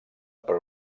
per